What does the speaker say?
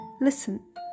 Listen